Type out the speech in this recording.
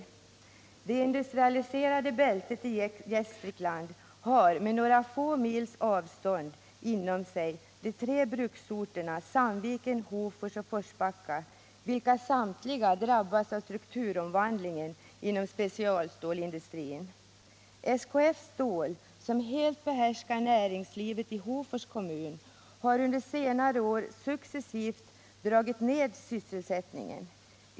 I det industrialiserade bältet i Gästrikland finns på några få mils avstånd från varandra de tre bruksorterna Sandviken, Hofors och Forsbacka, vilka samtliga drabbas av strukturomvandlingen inom specialstålsindustrin. SKF Stål, som helt behärskar näringslivet i Hofors kommun, har under senare år successivt dragit ned sysselsättningen.